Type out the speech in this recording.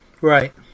Right